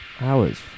hours